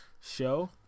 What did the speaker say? show